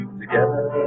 together